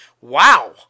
Wow